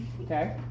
okay